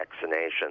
vaccination